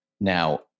Now